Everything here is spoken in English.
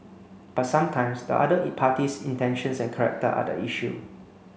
but sometimes the other party's intentions and character are the issue